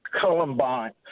Columbine